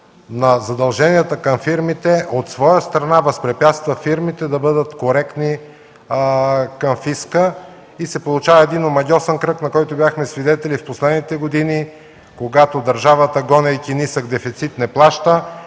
на задълженията към фирмите от своя страна възпрепятства фирмите да бъдат коректни към фиска. Получава се един омагьосан кръг, на който бяхме свидетели в последните години, когато държавата, гонейки нисък дефицит, не плаща,